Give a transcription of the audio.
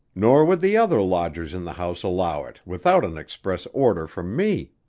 nor would the other lodgers in the house allow it without an express order from me.